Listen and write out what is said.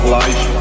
life